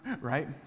right